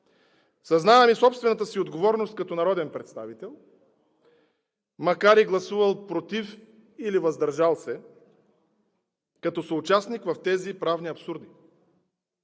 Съзнавам и собствената си отговорност като народен представител, макар и гласувал против или въздържал се, като съучастник в тези правни абсурди.